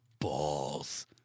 balls